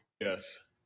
Yes